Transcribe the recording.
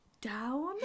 down